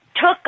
took